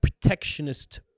protectionist